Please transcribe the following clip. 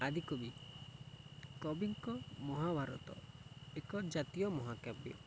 ଆଦିକବି କବିଙ୍କ ମହାଭାରତ ଏକ ଜାତୀୟ ମହାକାବ୍ୟ